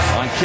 on